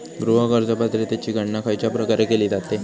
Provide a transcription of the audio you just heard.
गृह कर्ज पात्रतेची गणना खयच्या प्रकारे केली जाते?